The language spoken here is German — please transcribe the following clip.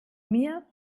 mir